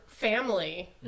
family